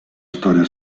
storia